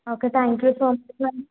okay thank you so much madam